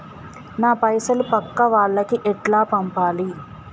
నా పైసలు పక్కా వాళ్లకి ఎట్లా పంపాలి?